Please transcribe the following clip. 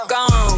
Gone